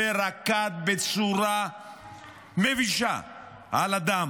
ורקד בצורה מבישה על הדם,